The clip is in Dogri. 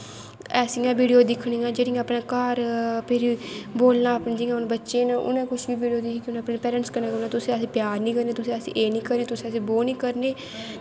ऐसियां बीडियो दिक्खनियां जेह्ड़ियां अपने घर बोलां पौंदियां बच्चें न उनैं कुश बी बीडियो दिखदे न अपनै पेरैंटस कन्नै आखदे तुस असें प्यार नी करदे एह् नी करने बो नी करने